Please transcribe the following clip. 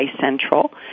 Central